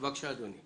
בבקשה אדוני.